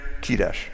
Kedesh